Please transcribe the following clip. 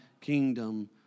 kingdom